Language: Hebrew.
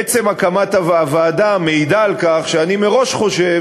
עצם הקמת הוועדה מעידה על כך שאני מראש חושב